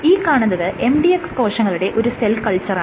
ഈ കാണുന്നത് mdx കോശങ്ങളുടെ ഒരു സെൽ കൾച്ചറാണ്